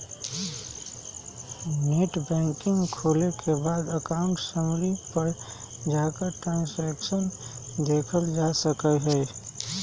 net banking खोले के बाद अकाउंट समरी पर जाकर ट्रांसैक्शन देखलजा सका हई